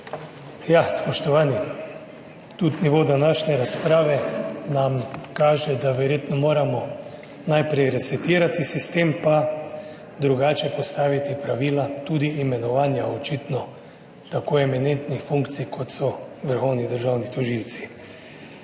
Spoštovani! Tudi nivo današnje razprave nam kaže, da moramo verjetno najprej resetirati sistem pa drugače postaviti pravila, tudi imenovanja, očitno, tako eminentnih funkcij, kot so vrhovni državni tožilci.